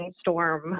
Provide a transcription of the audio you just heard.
storm